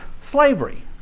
slavery